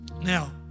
Now